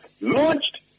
launched